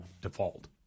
default